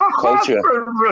Culture